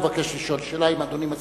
הוא מבקש לשאול שאלה, האם אדוני מסכים?